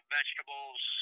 Vegetables